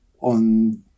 on